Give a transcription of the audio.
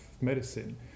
Medicine